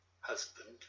husband